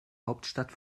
hauptstadt